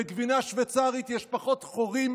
בגבינה שווייצרית יש פחות חורים